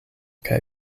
kaj